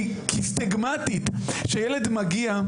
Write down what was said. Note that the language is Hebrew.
כי סטגמטית כשילד מגיע,